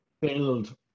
build